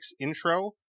intro